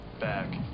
back